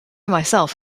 myself